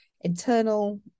internal